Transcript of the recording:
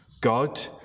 God